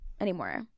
anymore